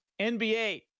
NBA